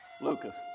Lucas